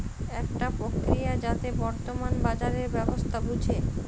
একটা প্রক্রিয়া যাতে বর্তমান বাজারের ব্যবস্থা বুঝে